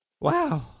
wow